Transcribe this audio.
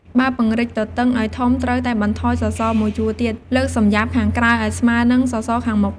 បើពង្រីកទទឹងឲ្យធំត្រូវតែបន្ថយសសរ១ជួរទៀត លើកសំយាបខាងក្រោយឲ្យស្មើនឹងសសរខាងមុខ។